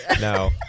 No